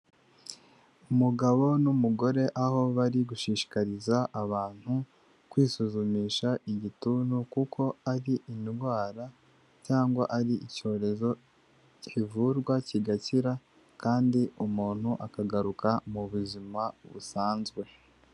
Umugabo n'umugore aho bari gushishikariza abantu kwisuzumisha igituntu kuko ari indwara cyangwa ari icyorezo kivurwa kigakira kandi umuntu akagaruka mu buzima busanzwe.